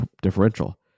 differential